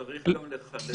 הוא צריך גם לחלט את השטח.